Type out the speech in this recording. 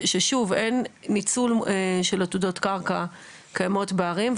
ששוב אין ניצול של עתודות קרקע קיימות בערים,